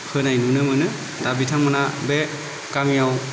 होनाय नुनो मोनो दा बिथांमोना बे गामियाव